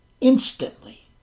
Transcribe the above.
instantly